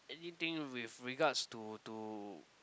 anything with regards to to